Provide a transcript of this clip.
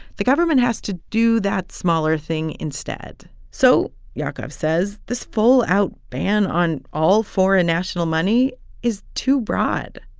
the government has to do that smaller thing instead. so yaakov says this full-out ban on all foreign national money is too broad.